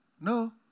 No